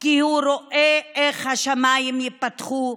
כי הוא רואה איך השמיים ייפתחו,